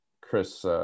Chris